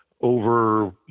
over